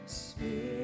spirit